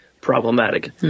problematic